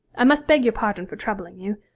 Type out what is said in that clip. i must beg your pardon for troubling you.